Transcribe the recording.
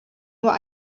what